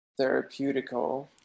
therapeutical